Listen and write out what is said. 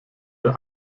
der